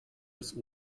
des